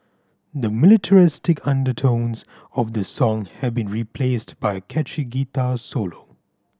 the militaristic undertones of the song have been replaced by a catchy guitar solo